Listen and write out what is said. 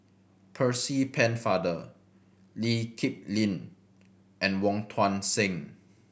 Percy Pennefather Lee Kip Lin and Wong Tuang Seng